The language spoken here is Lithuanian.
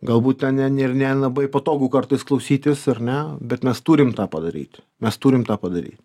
galbūt ten ne ne ir nelabai patogu kartais klausytis ar ne bet mes turim tą padaryt mes turim tą padaryt